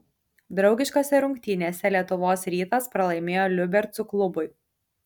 draugiškose rungtynėse lietuvos rytas pralaimėjo liubercų klubui